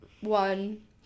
one